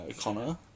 Connor